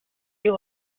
you